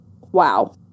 wow